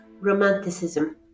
romanticism